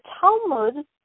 Talmud